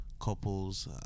couples